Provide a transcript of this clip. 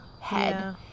head